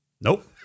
Nope